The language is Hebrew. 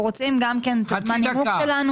אנחנו רוצים את זמן הנימוק שלנו.